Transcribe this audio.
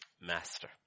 master